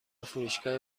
فروشگاه